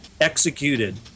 executed